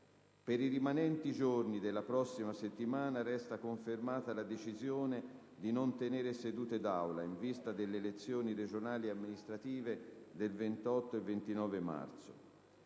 Per i rimanenti giorni della prossima settimana resta confermata la decisione di non tenere sedute d'Aula in vista delle elezioni regionali e amministrative del 28 e 29 marzo.